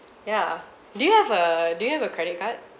yeah do you have a do you have a credit card